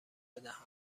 بدهند